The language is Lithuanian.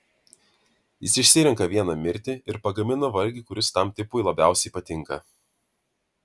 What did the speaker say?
jis išsirenka vieną mirti ir pagamina valgį kuris tam tipui labiausiai patinka